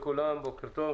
בוקר טוב,